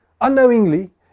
unknowingly